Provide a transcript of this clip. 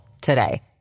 today